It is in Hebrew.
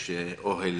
יש אוהל